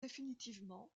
définitivement